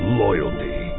loyalty